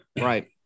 Right